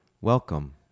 Welcome